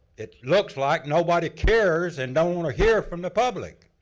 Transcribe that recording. it looks like nobody cares and don't want to hear from the public.